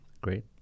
Great